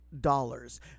dollars